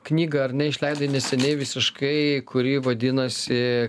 knygą ar ne išleidai neseniai visiškai kuri vadinasi